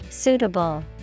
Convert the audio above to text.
suitable